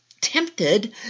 tempted